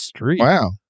Wow